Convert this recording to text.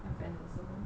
my friend also